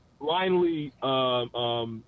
blindly